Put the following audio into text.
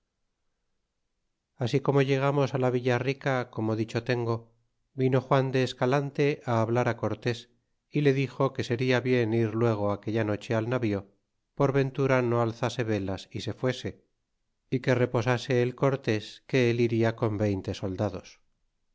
así como llegamos la villa rica como dicho tengo vino juan de escalante ti hablar a cortés y le dixo que seria bien ir luego aquella noche al navío por ventura no alzase velas y se fuese y que reposase el cortés que él iria con veinte soldados y